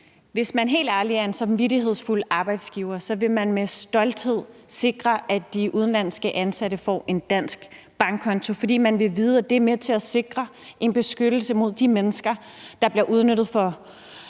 Hvis man helt ærligt er en samvittighedsfuld arbejdsgiver, vil man med stolthed sikre, at de udenlandske ansatte får en dansk bankkonto, fordi man vil vide, at det er med til at sikre en beskyttelse af de mennesker, der bliver udnyttet for